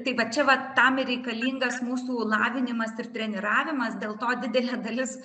tai va čia va tam ir reikalingas mūsų lavinimas ir treniravimas dėl to didelė dalis